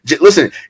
listen